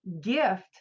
gift